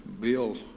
Bill